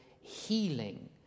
healing